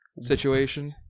situation